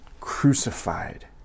crucified